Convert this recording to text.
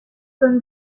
comme